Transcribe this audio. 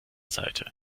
seite